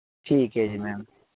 ਠੀਕ ਹੈ ਜੀ ਮੈਮ